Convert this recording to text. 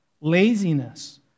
laziness